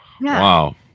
Wow